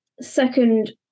second